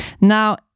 Now